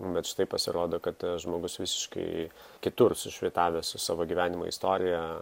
bet štai pasirodo kad žmogus visiškai kitur sušvytavęs su savo gyvenimo istorija